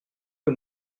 que